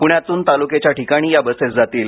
पुण्यातून तालुक्याच्या ठिकाणी या बसेस जातील